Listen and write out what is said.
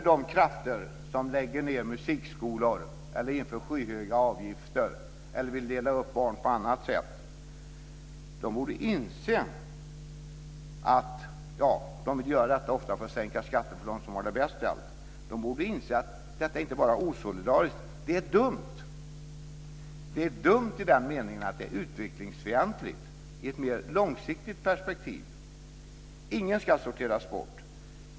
De krafter som lägger ned musikskolor, inför skyhöga avgifter eller vill dela upp barn på annat sätt borde inse att det inte bara är osolidariskt, utan det är dumt i den meningen att det är utvecklingsfientligt i ett mer långsiktigt perspektiv. Ingen ska sorteras bort.